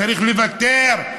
צריך לוותר.